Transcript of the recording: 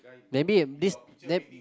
maybe um this there